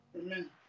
Amen